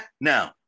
No